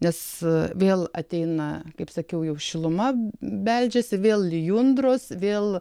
nes vėl ateina kaip sakiau jau šiluma beldžiasi vėl lijundros vėl